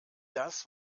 das